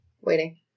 waiting